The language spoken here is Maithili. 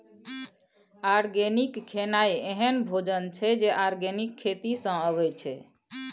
आर्गेनिक खेनाइ एहन भोजन छै जे आर्गेनिक खेती सँ अबै छै